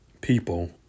people